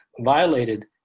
violated